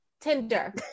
Tinder